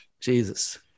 Jesus